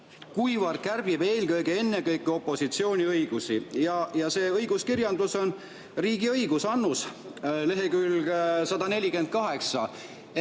kuivõrd kärbib oluliselt ennekõike opositsiooni õigusi." Ja see õiguskirjandus on "Riigiõigus", Annus, lehekülg 148.